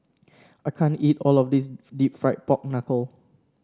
I can't eat all of this deep fried Pork Knuckle